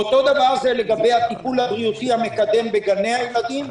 ואותו דבר לגבי הטיפול הבריאותי המקדם בגני הילדים,